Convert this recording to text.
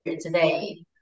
today